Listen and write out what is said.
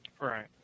Right